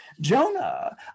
Jonah